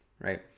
right